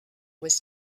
was